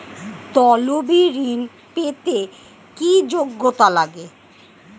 তলবি ঋন পেতে কি যোগ্যতা লাগে?